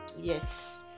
Yes